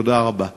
תודה רבה.